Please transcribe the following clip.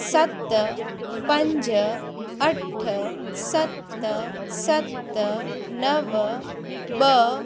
सत पंज अठ सत सत नव ॿ